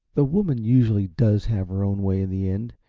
the woman usually does have her own way in the end,